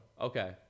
Okay